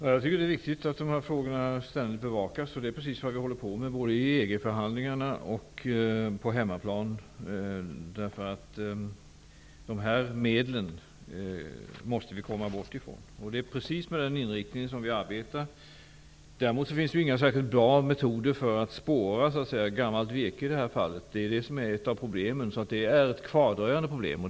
Herr talman! Det är viktigt att dessa frågor ständigt bevakas. Det är precis vad vi håller på med både i EG-förhandlingarna och på hemmaplan. Vi måste komma bort från de här medlen. Det är med den inriktningen vi arbetar. Däremot finns det inga särskilt bra metoder för att spåra gammalt virke. Det är ett av problemen. Det är ett kvardröjande problem.